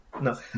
No